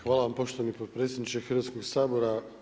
Hvala vam poštovani potpredsjedniče Hrvatskog sabora.